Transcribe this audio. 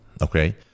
Okay